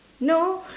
no